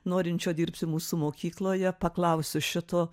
norinčio dirbti mūsų mokykloje paklausiu šito